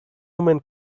woman